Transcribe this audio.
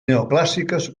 neoclàssiques